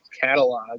catalog